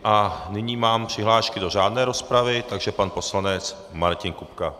A nyní mám přihlášky do řádné rozpravy, takže pan poslanec Martin Kupka.